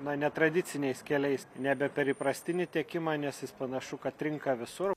na netradiciniais keliais nebe per įprastinį tiekimą nes jis panašu kad trinka visur